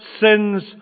sins